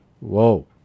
whoa